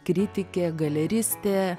kritikė galeristė